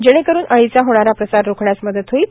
जेणेकरून अळीचा होणारा प्रसार रोखण्यास मदत होईल